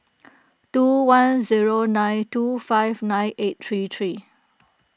two one zero nine two five nine eight three three